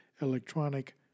electronic